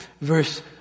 Verse